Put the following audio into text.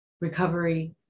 recovery